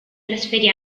trasferì